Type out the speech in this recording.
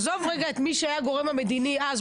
עזוב רגע את מי שהיה גורם המדיני אז,